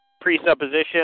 presupposition